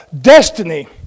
destiny